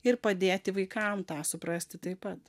ir padėti vaikam tą suprasti taip pat